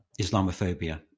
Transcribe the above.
Islamophobia